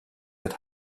had